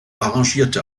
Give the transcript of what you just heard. arrangierte